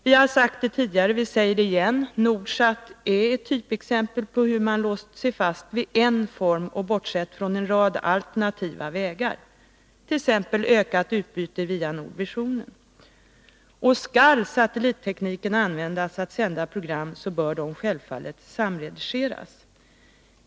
Vi har sagt det tidigare och vi säger det igen: Nordsat är ett typexempel på hut man låst sig fast vid en form och bortsett från en rad alternativa vägar, t.ex. ökat utbyte via Nordvisionen. Skall satellittekniken användas för att sända program, bör de självfallet samredigeras.